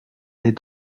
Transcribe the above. est